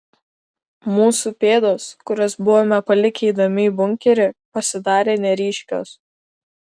mūsų pėdos kurias buvome palikę eidami į bunkerį pasidarė neryškios